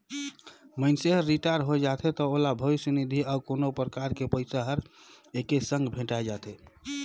मइनसे हर रिटायर होय जाथे त ओला भविस्य निधि अउ कोनो परकार के पइसा हर एके संघे भेंठाय जाथे